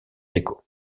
déco